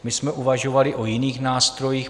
My jsme uvažovali o jiných nástrojích.